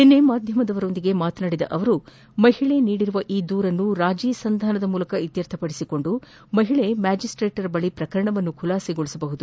ನಿನ್ನೆ ಮಾಧ್ಯಮದವರೊಂದಿಗೆ ಮತನಾಡಿದ ಅವರು ಮಹಿಳೆ ನೀಡಿರುವ ಈ ದೂರನ್ನು ರಾಜಿ ಸಂಧಾನದ ಮೂಲಕ ಇತ್ತರ್ಥ ಪಡಿಸಿಕೊಂಡು ಮಹಿಳೆ ಮ್ಯಾಜಿಸ್ಟೇಟರ ಬಳಿ ಪ್ರಕರಣವನ್ನು ಖುಲಾಸೆಗೊಳಿಸಬಹುದಾಗಿದೆ